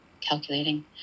calculating